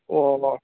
ꯑꯣ ꯑꯣ